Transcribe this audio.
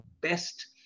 best